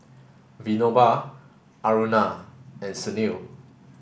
Vinoba Aruna and Sunil